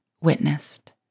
witnessed